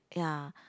ya